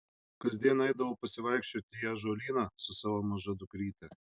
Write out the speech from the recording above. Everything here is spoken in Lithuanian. kasdien eidavau pasivaikščioti į ąžuolyną su savo maža dukryte